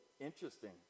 interesting